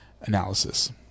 analysis